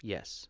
Yes